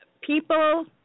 people